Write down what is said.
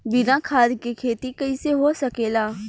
बिना खाद के खेती कइसे हो सकेला?